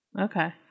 Okay